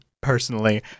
personally